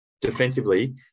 defensively